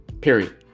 period